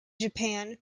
japan